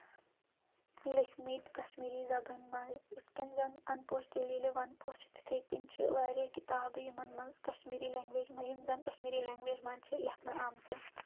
لیٖکھمٕتۍ کشمیٖری زبٲنۍ منٛز یِتھ کٔنۍ زَن اَن پوش تیٚلہِ ییٚلہِ وَن پوش چھِ تِتھے کٔنۍ چھِ واریاہ کِتابہٕ یِمَن منٛز کشمیٖری لینٛگویج منٛز یِم زَن کشمیری لینٛگویج منٛز چھِ لیکھنہٕ آمژٕ